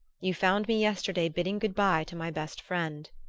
you found me yesterday bidding good-bye to my best friend.